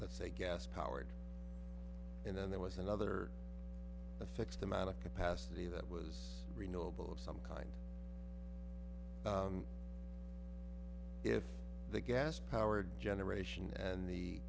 let's say gas powered and then there was another a fixed amount of capacity that was renewable of some kind if the gas powered generation and the